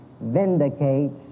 vindicates